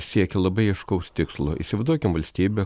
siekia labai aiškaus tikslo įsivaizduokim valstybę